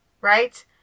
right